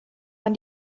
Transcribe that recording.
man